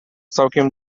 całkiem